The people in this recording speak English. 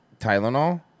Tylenol